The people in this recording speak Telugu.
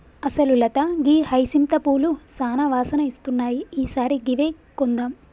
అసలు లత గీ హైసింత పూలు సానా వాసన ఇస్తున్నాయి ఈ సారి గివ్వే కొందాం